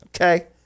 Okay